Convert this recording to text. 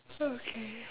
okay